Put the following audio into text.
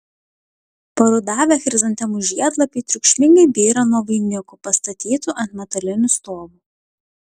parudavę chrizantemų žiedlapiai triukšmingai byra nuo vainikų pastatytų ant metalinių stovų